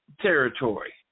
territory